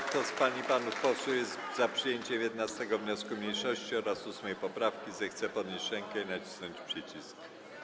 Kto z pań i panów posłów jest za przyjęciem 11. wniosku mniejszości oraz 8. poprawki, zechce podnieść rękę i nacisnąć przycisk.